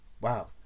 Wow